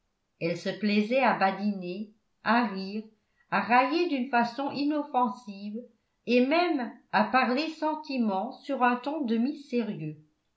elle se plaisait à badiner à rire à railler d'une façon inoffensive et même à parler sentiment sur un ton demi sérieux